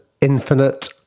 infinite